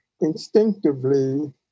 instinctively